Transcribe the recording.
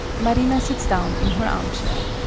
marina sits down in her armchair.